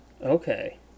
Okay